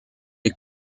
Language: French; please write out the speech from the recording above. est